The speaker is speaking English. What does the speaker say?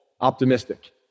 optimistic